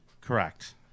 Correct